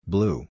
Blue